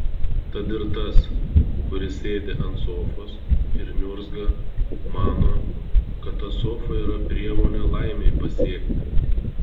tad ir tas kuris sėdi ant sofos ir niurzga mano kad ta sofa yra priemonė laimei pasiekti